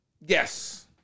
Yes